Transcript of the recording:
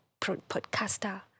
podcaster